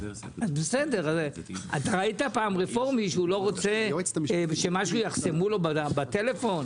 אתה ראית פעם רפורמי שהוא לא רוצה שיחסמו לו משהו בטלפון?